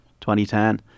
2010